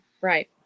Right